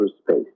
space